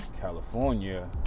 California